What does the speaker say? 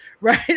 right